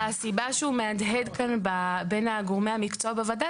הסיבה שהוא מהדהד כאן בין גורמי המקצוע בוועדה